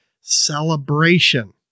celebration